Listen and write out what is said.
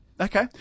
Okay